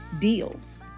deals